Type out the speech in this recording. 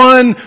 One